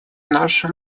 нашим